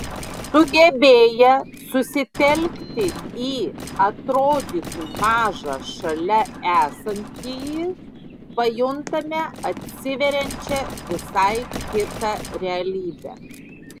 sugebėję susitelkti į atrodytų mažą šalia esantįjį pajuntame atsiveriančią visai kitą realybę